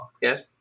yes